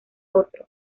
otro